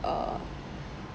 uh